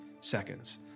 seconds